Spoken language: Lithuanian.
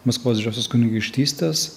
maskvos didžiosios kunigaikštystės